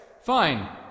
Fine